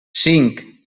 cinc